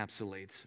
encapsulates